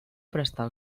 prestar